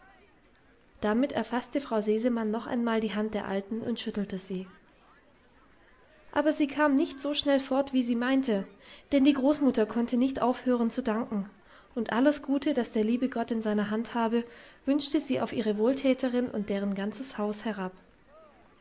damit erfaßte frau sesemann noch einmal die hand der alten und schüttelte sie aber sie kam nicht so schnell fort wie sie meinte denn die großmutter konnte nicht aufhören zu danken und alles gute das der liebe gott in seiner hand habe wünschte sie auf ihre wohltäterin und deren ganzes haus herab